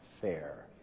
fair